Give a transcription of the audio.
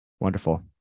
Wonderful